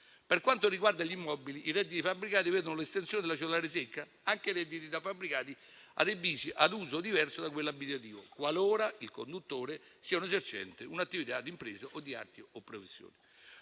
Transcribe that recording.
Per quanto riguarda gli immobili, i redditi fabbricati vedono l'estensione della cedolare secca anche ai redditi da fabbricati adibiti ad uso diverso da quello abitativo, qualora il conduttore sia un esercente, un'attività di impresa o di arti o professioni.